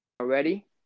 already